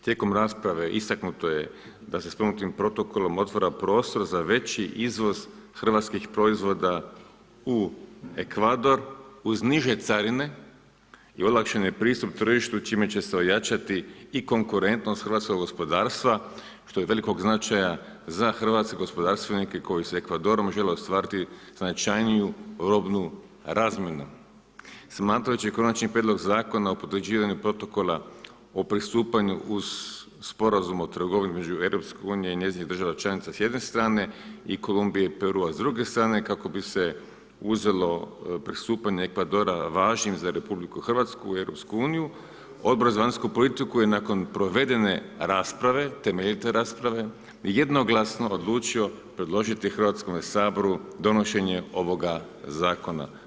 Tijekom rasprave istaknuto je da se spomenutim protokolom otvara prostor za veći izvoz hrvatskih proizvoda u Ekvador uz niže carine i lakše je pristup tržištu čime će se ojačati i konkurentnost hrvatskog gospodarstva što je od velikog značaja za hrvatske gospodarstvenike koji sa Ekvadorom žele ostvariti značajnu robnu razmjenu smatrajući konačni prijedlog Zakona o potvrđivanju protokola o pristupanju uz sporazum o trgovini između EU-a i njezinih država s jedne strane i Kolumbije i Perua s druge strane, kako bi se uzelo pristupanje Ekvadora važnim za RH u EU, Odbor za vanjsku politiku je nakon proveden rasprave, temeljite rasprave jednoglasno odlučio predložiti Hrvatskome saboru donošenje ovoga zakona.